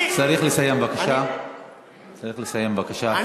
רד מהדוכן, מה,